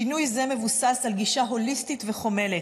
שינוי זה מבוסס על גישה הוליסטית וחומלת.